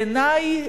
בעיני,